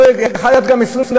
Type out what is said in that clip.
זה יכול היה להיות גם 24,